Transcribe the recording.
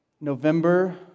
November